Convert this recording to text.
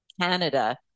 Canada